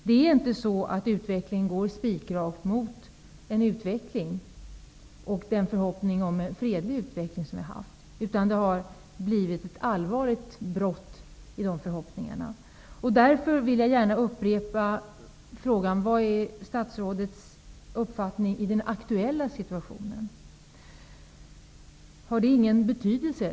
Det är inte en spikrak fredlig utveckling, som vi har haft förhoppningar om, utan dessa förhoppningar har fått ett allvarligt brott. Därför vill jag gärna upprepa frågan: Vilken är statsrådets uppfattning i den aktuella situationen? ingen betydelse?